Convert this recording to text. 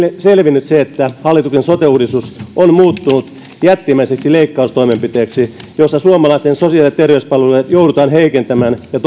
selvinnyt se että hallituksen sote uudistus on muuttunut jättimäiseksi leikkaustoimenpiteeksi jossa suomalaisten sosiaali ja terveyspalveluita joudutaan heikentämään ja